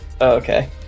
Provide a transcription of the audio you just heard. Okay